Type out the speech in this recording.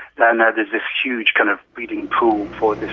then there there's this huge kind of breeding pool for this